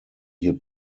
hier